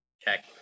check